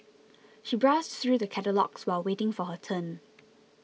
she browsed through the catalogues while waiting for her turn